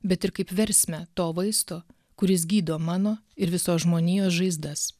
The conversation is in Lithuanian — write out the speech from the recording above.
bet ir kaip versmę to vaisto kuris gydo mano ir visos žmonijos žaizdas